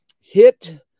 hit